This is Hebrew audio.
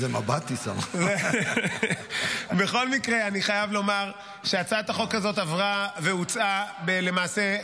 אני חייב לומר שהצעת החוק הזאת עברה והוצעה למעשה,